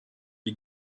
die